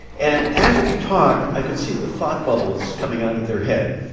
and as we talked, i could see the thought bubbles coming out of their head.